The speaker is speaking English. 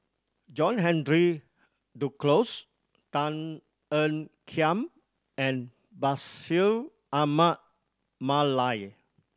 John Henry Duclos Tan Ean Kiam and Bashir Ahmad Mallal